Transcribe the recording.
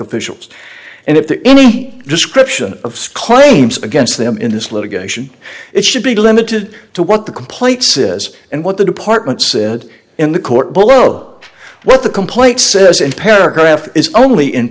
officials and if to any description of claims against them in this litigation it should be limited to what the complaint says and what the department said in the court below what the complaint says in paragraph is only in